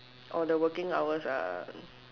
or the working hours are